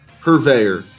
purveyor